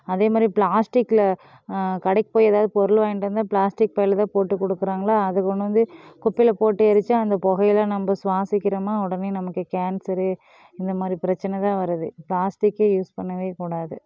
அதேமாதிரி ப்ளாஸ்டிக்கில் கடைக்கு போய் எதாவது பொருள் வாங்கிகிட்டு வந்தால் ப்ளாஸ்டிக் பையில் தான் போட்டு கொடுக்கறாங்களா அது கொண்டு வந்து குப்பையில் போட்டு எரித்தா அந்த புகை எல்லாம் நம்ம சுவாசிக்கிறோமா உடனே நமக்கு கேன்சரு இந்த மாதிரி பிரச்சின தான் வருது ப்ளாஸ்டிக்கே யூஸ் பண்ணவேக்கூடாது